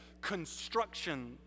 construction